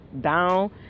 down